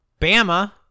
Bama